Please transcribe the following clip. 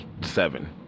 seven